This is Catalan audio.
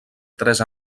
tres